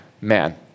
man